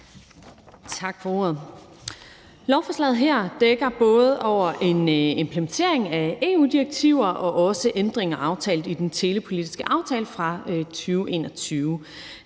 Tak for ordet. Lovforslaget her dækker både en implementering af EU-direktiver og også ændringer aftalt i den telepolitiske aftale fra 2021.